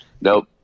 nope